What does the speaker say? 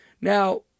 Now